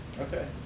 Okay